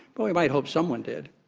but we might hope someone did.